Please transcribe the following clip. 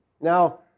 Now